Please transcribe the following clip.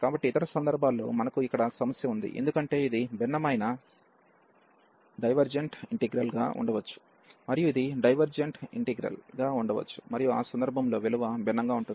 కాబట్టి ఇతర సందర్భాల్లో మనకు ఇక్కడ సమస్య ఉంది ఎందుకంటే ఇది భిన్నమైన డైవెర్జెంట్ ఇంటిగ్రల్ గా ఉండవచ్చు మరియు ఇది డైవెర్జెంట్ ఇంటిగ్రల్ గా ఉండవచ్చు మరియు ఆ సందర్భంలో విలువ భిన్నంగా ఉంటుంది